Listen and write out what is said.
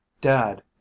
Dad